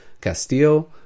Castillo